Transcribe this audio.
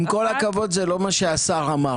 עם כל הכבוד, זה לא מה שהשר אמר.